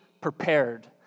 prepared